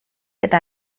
eta